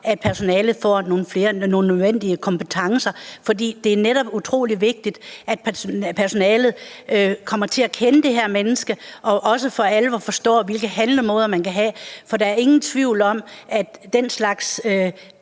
at personalet får nogle nødvendige kompetencer, fordi det netop er utrolig vigtigt, at personalet kommer til at kende det demente menneske og også for alvor forstår, hvilke handlemåder man kan have. For der er ingen tvivl om, at overfald